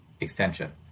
extension